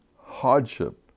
hardship